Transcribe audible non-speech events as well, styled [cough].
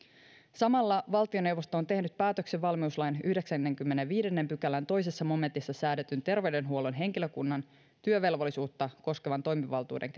samalla valtioneuvosto on tehnyt päätöksen valmiuslain yhdeksännenkymmenennenviidennen pykälän toisessa momentissa säädetyn terveydenhuollon henkilökunnan työvelvollisuutta koskevan toimivaltuuden [unintelligible]